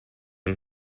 him